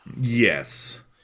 Yes